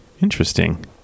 interesting